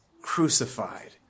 crucified